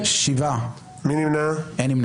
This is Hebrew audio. הצבעה לא אושרו.